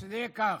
אז שזה יהיה כך.